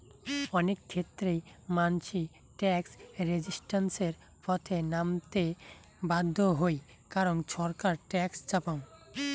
অনেক ক্ষেত্রেই মানসি ট্যাক্স রেজিস্ট্যান্সের পথে নামতে বাধ্য হই কারণ ছরকার ট্যাক্স চাপং